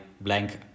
blank